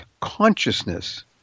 consciousness